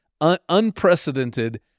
unprecedented